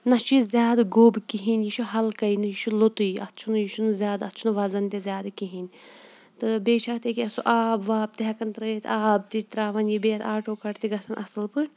نہ چھُ یہِ زیادٕ گوٚب کِہیٖنۍ یہِ چھُ ہلکَے نہٕ یہِ چھُ لوٚتُے اَتھ چھُنہٕ یہِ چھُنہٕ زیادٕ اَتھ چھُنہٕ وَزَن تہِ زیادٕ کِہیٖنۍ تہٕ بیٚیہِ چھِ اَتھ أکیٛاہ سُہ آب واب تہِ ہٮ۪کان ترٛٲیِتھ آب تہِ ترٛاوان یہِ بیٚیہِ اَتھ آٹوٗکَٹ تہِ گژھن اَصٕل پٲٹھۍ